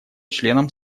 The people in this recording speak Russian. членам